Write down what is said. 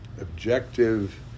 Objective